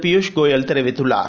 பியூஷ் கோயல் தெரிவித்துள்ளார்